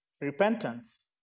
Repentance